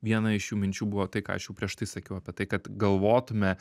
viena iš jų minčių buvo tai ką aš jau prieš tai sakiau apie tai kad galvotume